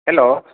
hello